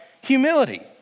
humility